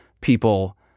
people